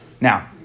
Now